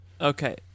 Okay